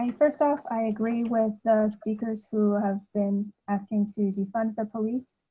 um first off, i agree with those speakers who have been asking to defend the police,